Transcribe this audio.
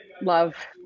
love